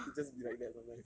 it just be like that sometimes